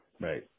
Right